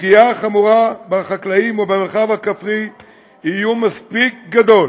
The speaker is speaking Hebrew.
הפגיעה החמורה בחקלאים ובמרחב הכפרי היא איום מספיק גדול